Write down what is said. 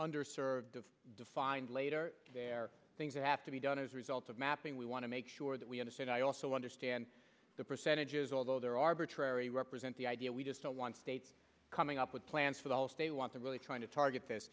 under served defined later there are things that have to be done as a result of mapping we want to make sure that we understand i also understand the percentages although they're arbitrary represent the idea we just don't want states coming up with plans for the us they want to really trying to target this